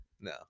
No